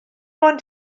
ond